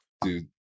Dude